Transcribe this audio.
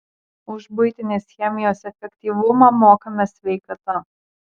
už buitinės chemijos efektyvumą mokame sveikata